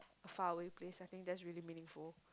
a faraway place I think that's really meaningful